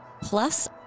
plus